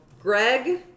Greg